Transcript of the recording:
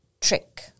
trick